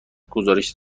گزارش